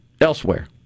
elsewhere